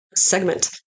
segment